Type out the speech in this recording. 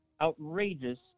outrageous